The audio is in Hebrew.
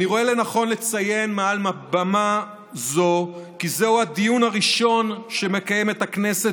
אני רואה לנכון לציין מעל במה זו כי זה הדיון הראשון שמקיימת הכנסת